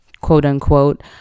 quote-unquote